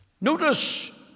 Notice